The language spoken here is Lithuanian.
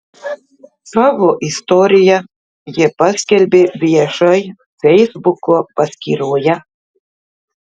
savo istoriją ji paskelbė viešai feisbuko paskyroje